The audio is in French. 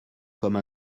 comme